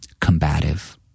combative